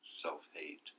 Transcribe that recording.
self-hate